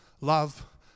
love